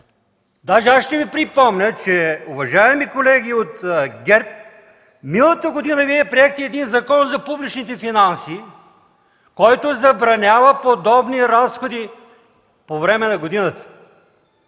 разходи. Ще Ви припомня, уважаеми колеги от ГЕРБ, че миналата година Вие приехте един Закон за публичните финанси, който забранява подобни разходи по време на годината.